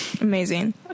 amazing